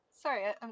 Sorry